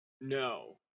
No